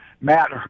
Matt